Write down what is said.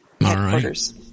headquarters